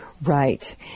Right